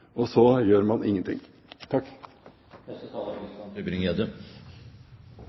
og så gjør man